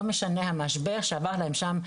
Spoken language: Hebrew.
לא משנה המשבר שעבר עליהם שם,